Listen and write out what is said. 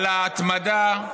על ההתמדה.